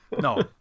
No